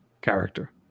character